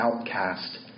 outcast